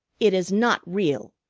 it is not real.